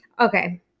okay